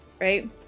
right